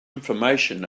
information